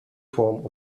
form